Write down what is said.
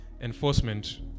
enforcement